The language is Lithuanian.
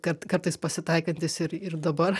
kad kartais pasitaikantys ir ir dabar